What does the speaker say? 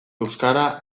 euskara